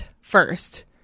first